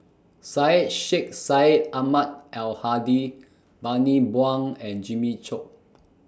Syed Sheikh Syed Ahmad Al Hadi Bani Buang and Jimmy Chok